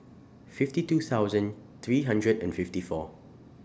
fifty two thousand three hundred and fifty four